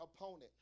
opponent